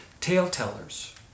Tale-tellers